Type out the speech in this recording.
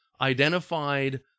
identified